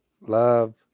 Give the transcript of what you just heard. love